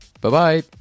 Bye-bye